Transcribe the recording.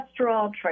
cholesterol